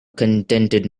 contented